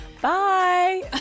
Bye